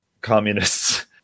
communists